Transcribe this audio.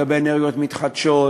לגבי אנרגיות מתחדשות,